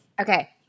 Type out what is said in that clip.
Okay